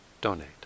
donate